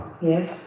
Yes